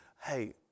hey